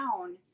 down